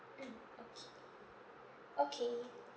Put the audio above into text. mm okay okay